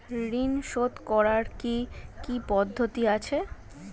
ঋন শোধ করার কি কি পদ্ধতি আছে?